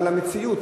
אבל המציאות